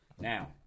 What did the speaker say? Now